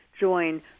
Join